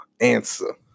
answer